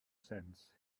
sense